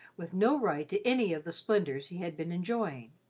with no right to any of the splendours he had been enjoying.